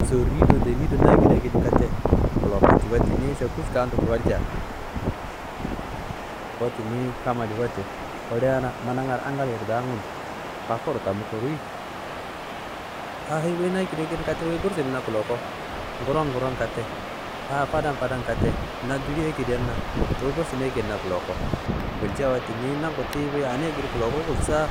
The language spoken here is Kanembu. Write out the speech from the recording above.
Soriyido lenido na ekedi n ekedi n kate kulloko nji. Wette niyi šakuš kandumro walciya, wette niyi kammadi wette wulena managa anggal yirdangun kafuro tamu koriyi aa wuyi na ekekdiekedin katena wuyi gursunina koloko ngoro n ngoro n kate a fada n fada n kate na duli ekediyana wuyi gursuni ekedi koloko gulcia, wette niyi nangu tiyi angu ekedi wuyi koloko gulsa